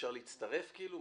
אפשר להצטרף כאילו?